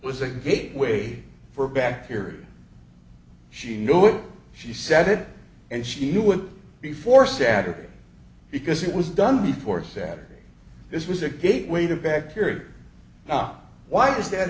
was a gateway for bacteria she knew what she said and she knew it before static because it was done before saturday this was a gateway to bacteria up why is that